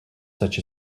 such